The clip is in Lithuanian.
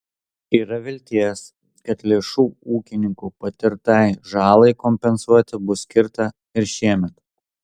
yra vilties kad lėšų ūkininkų patirtai žalai kompensuoti bus skirta ir šiemet